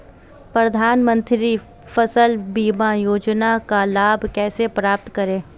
प्रधानमंत्री फसल बीमा योजना का लाभ कैसे प्राप्त करें?